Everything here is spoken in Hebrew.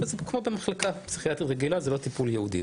אבל זה כמו במחלקה פסיכיאטרית רגילה וזה לא טיפול ייעודי.